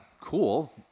cool